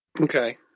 Okay